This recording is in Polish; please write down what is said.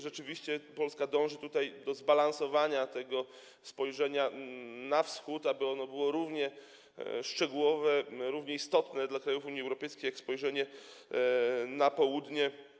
Rzeczywiście Polska dąży do zbalansowania spojrzenia na Wschód, tak aby ono było równie szczegółowe, równie istotnie, dla krajów Unii Europejskiej jak spojrzenie na Południe.